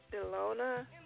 Delona